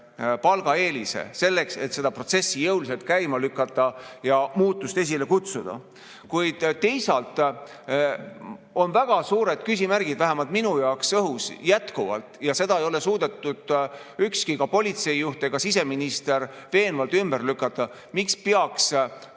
palgaeelise selleks, et seda protsessi jõuliselt käima lükata ja muutust esile kutsuda. Teisalt on väga suured küsimärgid vähemalt minu jaoks jätkuvalt õhus ja neid ei ole suutnud ükski politseijuht ega siseminister veenvalt ümber lükata. Miks peaks